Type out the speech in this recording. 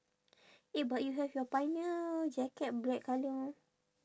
eh but you have your pioneer jacket black colour ah